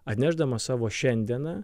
atnešdamas savo šiandieną